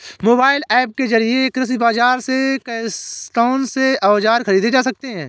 Mobile app के जरिए कृषि बाजार से कौन से औजार ख़रीदे जा सकते हैं?